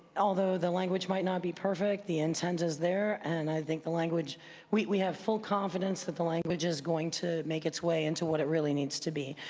although the language might not be perfect be the intent is there and i think the language we have full confidence that the language is going to make its way into what it really needs to be.